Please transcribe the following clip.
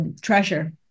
treasure